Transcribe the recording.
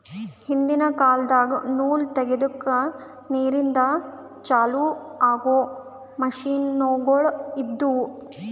ಹಿಂದಿನ್ ಕಾಲದಾಗ ನೂಲ್ ತೆಗೆದುಕ್ ನೀರಿಂದ ಚಾಲು ಆಗೊ ಮಷಿನ್ಗೋಳು ಇದ್ದುವು